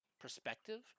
perspective